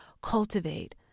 cultivate